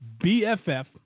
BFF